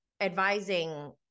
advising